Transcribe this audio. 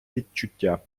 відчуття